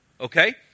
Okay